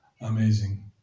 Amazing